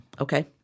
Okay